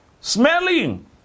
Smelling